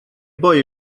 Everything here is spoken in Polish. boję